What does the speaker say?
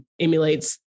emulates